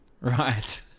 Right